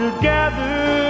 Together